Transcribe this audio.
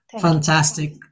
fantastic